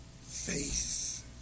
faith